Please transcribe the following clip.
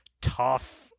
tough